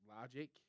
Logic